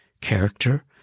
Character